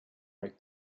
like